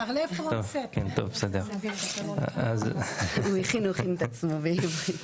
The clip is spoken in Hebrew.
אשמח לקבל את הפרטים.